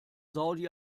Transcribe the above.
saudi